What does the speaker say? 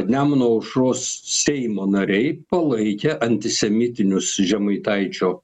nemuno aušros seimo nariai palaikė antisemitinius žemaitaičio